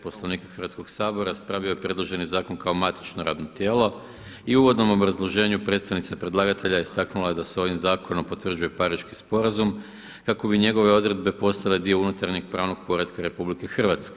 Poslovnika Hrvatskog sabora raspravio je predloženi zakon kao matično radno tijelo i u uvodnom obrazloženju predstavnika predlagatelja istaknula je da se ovim zakonom potvrđuje Pariški sporazum kako bi njegove odredbe postale dio unutarnjeg pravnog poretka RH.